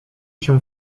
się